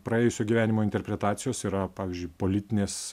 praėjusio gyvenimo interpretacijos yra pavyzdžiui politinės